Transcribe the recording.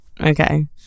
okay